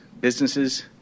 businesses